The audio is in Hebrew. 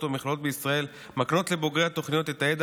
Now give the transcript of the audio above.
ובמכללות בישראל מקנות לבוגרי התוכניות את הידע